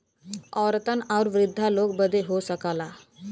औरतन आउर वृद्धा लोग बदे हो सकला